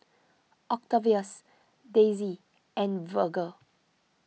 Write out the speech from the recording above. Octavius Daisye and Virge